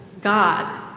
God